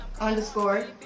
underscore